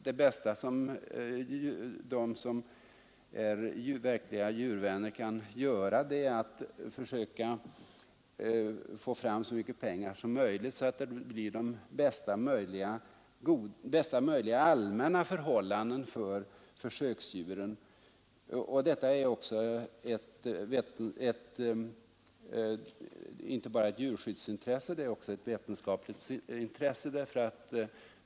Det bästa de verkliga djurvännerna kan göra är att försöka få fram så mycket pengar att bästa möjliga allmänna förhållanden för försöksdjuren kan komma till stånd. Detta är inte bara ett djurskyddsintresse utan även ett vetenskapligt intresse.